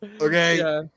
Okay